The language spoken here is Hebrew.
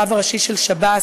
הרב הראשי של השב"ס,